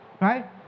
right